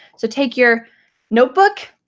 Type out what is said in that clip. so take your notebook,